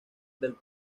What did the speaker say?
del